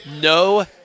no